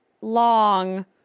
long